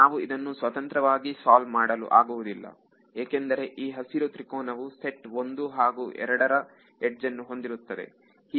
ನಾವು ಇದನ್ನು ಸ್ವತಂತ್ರವಾಗಿ ಸಾಲ್ವ ಮಾಡಲು ಆಗುವುದಿಲ್ಲ ಏಕೆಂದರೆ ಈ ಹಸಿರು ತ್ರಿಕೋನವು ಸೆಟ್ ಒಂದು ಹಾಗೂ ಎರಡರ ಯಡ್ಜ್ ನ್ನು ಹೊಂದಿರುತ್ತದೆ